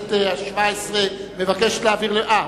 הכנסת השבע-עשרה, מבקשת להעביר, אה.